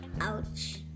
ouch